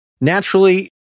naturally